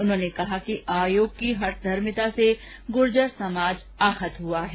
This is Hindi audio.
उन्होंने कहा कि आयोग की हठधर्मिता से गुर्जर समाज आहत हआ है